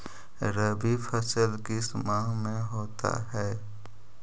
रवि फसल किस माह में होता है?